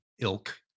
ilk